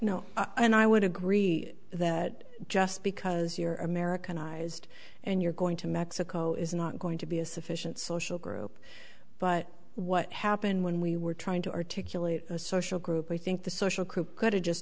mean i would agree that just because you're americanised and you're going to mexico is not going to be a sufficient social group but what happened when we were trying to articulate a social group i think the social crew could have just